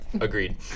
Agreed